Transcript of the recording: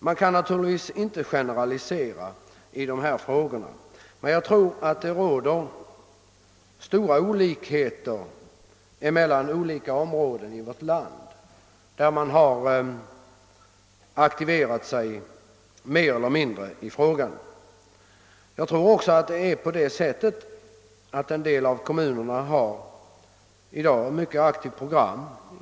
Man kan naturligtvis inte generalisera på detta område. Jag tror att det föreligger stora skillnader i detta avseende mellan olika områden i vårt land på så sätt att man har varit mer eller mindre aktiv beträffande denna verksamhet. Det är nog också så, att en del av kommunerna i dag har ett mera aktivt program i detta hänseende.